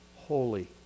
holy